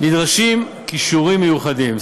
נדרשים כישורים מיוחדים.